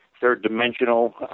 third-dimensional